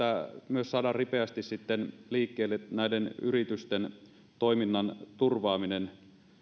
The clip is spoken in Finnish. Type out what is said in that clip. myös saadaan ripeästi liikkeelle näiden yritysten toiminnan turvaaminen